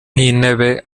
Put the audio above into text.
nk’intebe